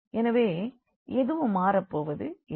எனவே எதுவும் மாற போவது இல்லை